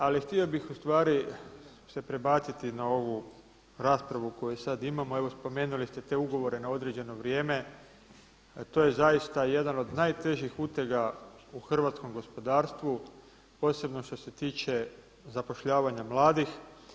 Ali htio bih ustvari se prebaciti na raspravu koju sad imamo, evo spomenuli ste te ugovore na određeno vrijeme, to je zaista jedan od najtežih utega u hrvatskom gospodarstvu, posebno što se tiče zapošljavanja mladih.